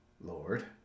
Lord